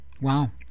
Wow